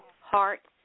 heart